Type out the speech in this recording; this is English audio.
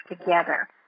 together